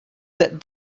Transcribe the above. that